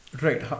right